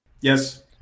Yes